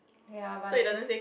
ya but I guess